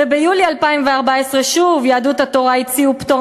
וביולי 2014 שוב יהדות התורה הציעו פטור